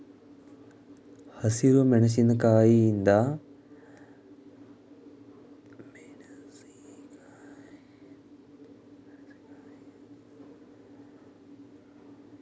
ಹಸಿರು ಮೆಣಸಿಕಾಯಿಯಿಂದ ಚಟ್ನಿ, ಬಜ್ಜಿ, ಉಪ್ಪಿನಕಾಯಿ ಮುಂತಾದವುಗಳನ್ನು ಮಾಡ್ತರೆ